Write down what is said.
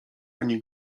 ani